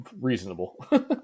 reasonable